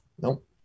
nope